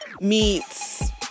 meets